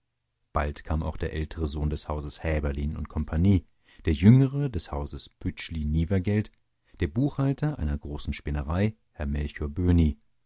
bald kam auch der ältere sohn des hauses häberlin und cie der jüngere des hauses pütschli nievergelt der buchhalter einer großen spinnerei herr melcher böhni